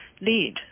lead